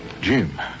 Jim